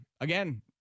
again